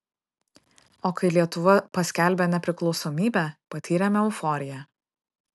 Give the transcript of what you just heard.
o kai lietuva paskelbė nepriklausomybę patyrėme euforiją